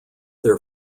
their